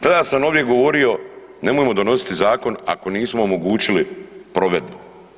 Tada sam ovdje govorio, nemojmo donositi zakon ako nismo omogućili provedbu.